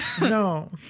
No